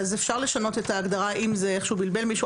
אז אפשר לשנות את ההגדרה אם זה איכשהו בלבל מישהו.